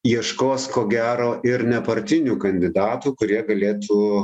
ieškos ko gero ir nepartinių kandidatų kurie galėtų